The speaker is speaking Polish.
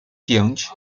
pięć